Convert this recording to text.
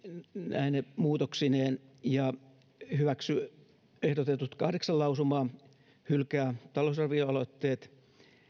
vuodelle kaksituhattakaksikymmentä näine muutoksineen hyväksyy ehdotetut kahdeksan lausumaa hylkää talousarvioaloitteet